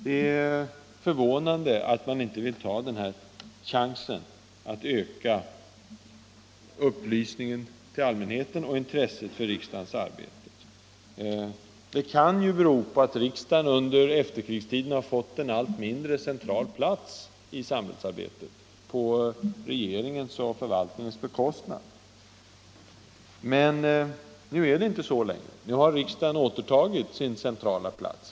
Det är förvånande att man inte vill ta den här chansen att öka upplysningen till allmänheten och öka intresset för riksdagens arbete. Det kan ju bero på att riksdagen under efterkrigstiden fick en allt mindre central plats i samhällsarbetet, till förmån för regeringen och förvaltningen. Men nu är det inte så längre. Nu har riksdagen återtagit sin centrala plats.